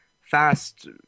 fast